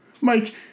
Mike